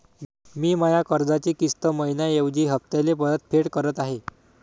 मी माया कर्जाची किस्त मइन्याऐवजी हप्त्याले परतफेड करत आहे